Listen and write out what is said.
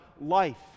life